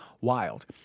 Wild